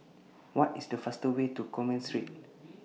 What IS The fastest Way to Commerce Street